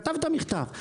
כתבת מכתב,